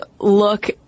look